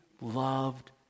loved